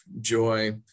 joy